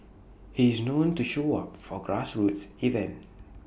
he is known to show up for grassroots event